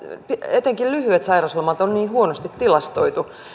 etenkin lyhyet sairauslomat on niin huonosti tilastoitu